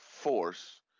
force